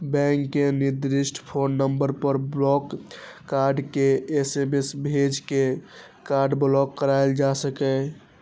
bank के निर्दिष्ट phone number पर ब्लॉक कार्ड के एस.एम.एस भेज के कार्ड ब्लॉक कराएल जा सकैए